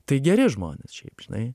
tai geri žmonės šiaip žinai